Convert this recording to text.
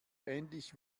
ähnlich